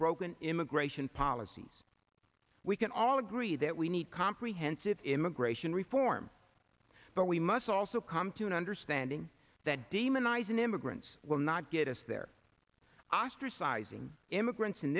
broken immigration policies we can all agree that we need comprehensive immigration reform but we must also come to an understanding that demonizing immigrants will not get us there ostracizing immigrants in